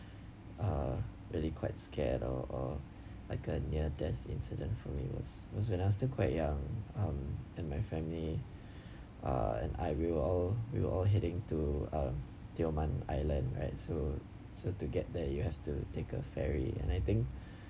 uh really quite scared or or like a near death incident for me was was when I was still quite young um and my family uh and I will all we were all heading to uh tioman island right so so to get there you have to take a ferry and I think